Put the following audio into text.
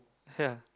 ya